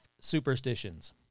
superstitions